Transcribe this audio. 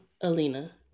Alina